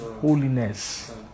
holiness